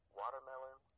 watermelon